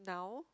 now